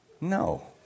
no